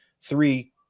three